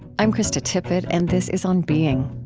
i'm krista tippett and this is on being